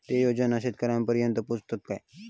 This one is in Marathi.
ते योजना शेतकऱ्यानपर्यंत पोचतत काय?